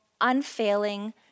unfailing